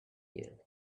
good